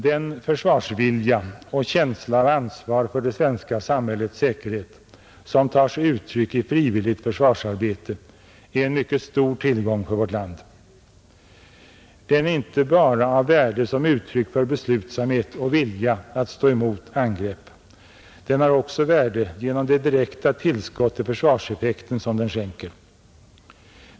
Den försvarsvilja och känsla av ansvar för det svenska samhällets säkerhet som tar sig i uttryck i frivilligt försvarsarbete är en mycket stor tillgång för vårt land. Den är inte bara av värde som uttryck för beslutsamhet och vilja att stå emot angrepp, den har också ett värde genom det direkta tillskott till försvarseffekten som den skänker.